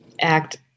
act